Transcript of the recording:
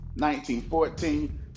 1914